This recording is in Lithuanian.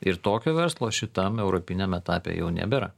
ir tokio verslo šitam europiniam etape jau nebėra